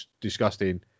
disgusting